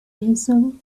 vessel